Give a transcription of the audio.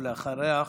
ואחריה,